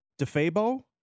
DeFabo